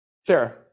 Sarah